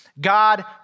God